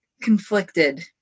conflicted